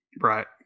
Right